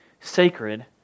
sacred